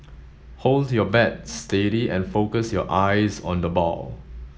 hold your bat steady and focus your eyes on the ball